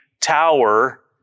tower